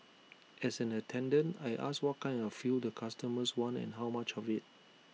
as an attendant I ask what kind of fuel the customers want and how much of IT